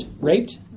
raped